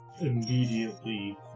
immediately